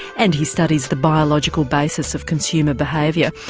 and he studies the biological basis of consumer behaviour.